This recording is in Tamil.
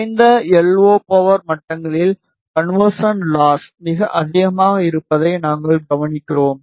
குறைந்த எல்ஓ பவர் மட்டங்களில் கன்வெர்சன் லாஸ் மிக அதிகமாக இருப்பதை நாங்கள் கவனிக்கிறோம்